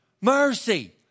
mercy